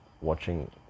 watching